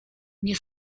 nie